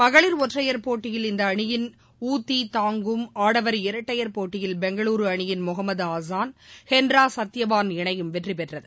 மகளிர் ஒற்றையர் போட்டியில் இந்தஅணியின் உ திதாங் கும் ஆடவர் இரட்டையர் போட்டியில் பெங்களூருஅணியின் முகமதுஆசான் ஹென்ராசத்யவான் இணையும் வெற்றிபெற்றது